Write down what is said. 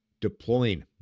deploying